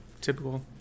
Typical